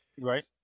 Right